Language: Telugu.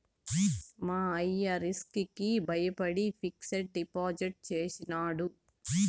మా అయ్య రిస్క్ కి బయపడి ఫిక్సిడ్ డిపాజిట్ చేసినాడు